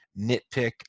nitpick